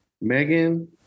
Megan